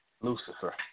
Lucifer